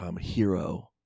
Hero